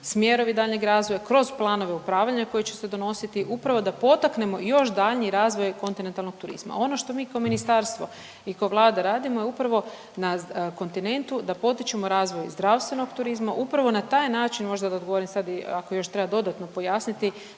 smjerovi daljnjeg razvoja kroz planove upravljanja koji će se donositi upravo da potaknemo još daljnji razvoj kontinentalnog turizma. Ono što mi kao ministarstvo i kao Vlada radimo je upravo na kontinentu da potičemo razvoj zdravstvenog turizma, upravo na taj način možda da odgovorim, sad i ako još treba dodatno pojasniti,